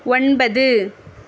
ஒன்பது